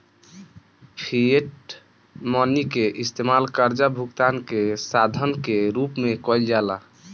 fiat money के इस्तमाल कर्जा भुगतान के साधन के रूप में कईल जाला